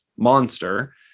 monster